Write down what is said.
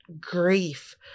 grief